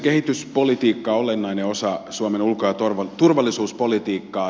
kehityspolitiikka on olennainen osa suomen ulko ja turvallisuuspolitiikkaa